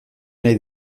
nahi